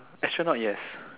astronaut yes